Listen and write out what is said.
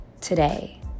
today